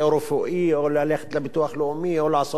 או ללכת לביטוח לאומי או לעשות משהו או לקנות,